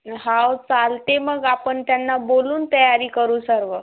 हो चालतेय मग आपण त्यांना बोलून तयारी करू सर्व